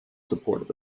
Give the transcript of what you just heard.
supportive